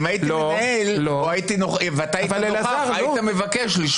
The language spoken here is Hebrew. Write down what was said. אם הייתי מנהל ואתה היית נוכח, היית מבקש לשמוע.